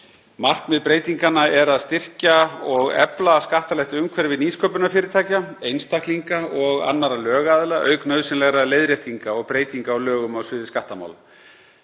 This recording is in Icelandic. Markmið breytinganna er að styrkja og efla skattalegt umhverfi nýsköpunarfyrirtækja, einstaklinga og annarra lögaðila auk nauðsynlegra leiðréttinga og breytinga á lögum á sviði skattamála.